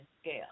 scale